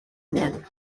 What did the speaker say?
mienne